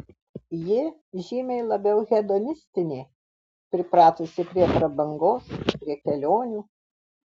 ji žymiai labiau hedonistinė pripratusi prie prabangos prie kelionių